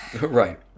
Right